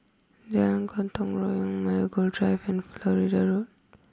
Jalan Gotong Royong Marigold Drive and Florida Road